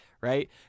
right